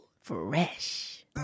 fresh